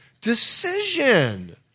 decision